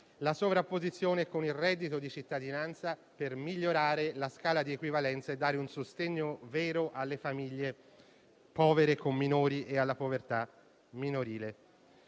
la sovrapposizione con il reddito di cittadinanza per migliorare la scala di equivalenza, dare un sostegno vero alle famiglie povere con minori e contrastare la povertà minorile.